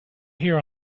here